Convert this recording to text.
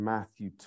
Matthew